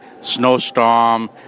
snowstorm